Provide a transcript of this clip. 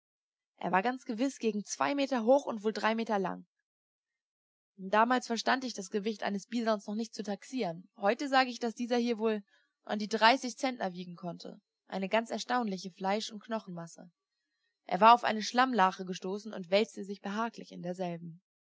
er war ganz gewiß gegen zwei meter hoch und wohl drei meter lang damals verstand ich das gewicht eines bisons noch nicht zu taxieren heute sage ich daß dieser hier wohl an die dreißig zentner wiegen konnte eine ganz erstaunliche fleisch und knochenmasse er war auf eine schlammlache gestoßen und wälzte sich behaglich in derselben